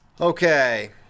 Okay